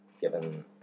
given